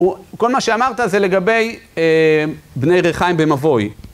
כל מה שאמרת זה לגבי בני ריחיים במבוי.